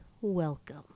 welcome